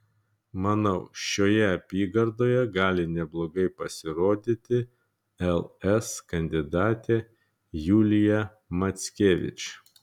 manau šioje apygardoje gali neblogai pasirodyti ls kandidatė julija mackevič